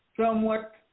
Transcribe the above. somewhat